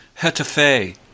Hetafe